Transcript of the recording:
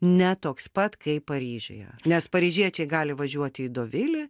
ne toks pat kaip paryžiuje nes paryžiečiai gali važiuoti į dovilį